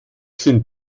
sind